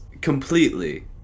Completely